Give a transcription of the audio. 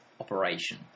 operation